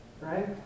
right